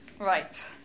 Right